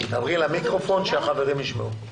דברי למיקרופון שהחברים ישמעו.